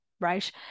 right